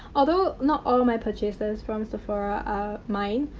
although, not all my purchases from sephora are mine.